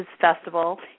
Festival